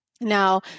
Now